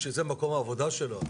הם גם יודעים שזה מקום העבודה שלו.